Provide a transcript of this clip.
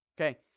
Okay